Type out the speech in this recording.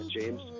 James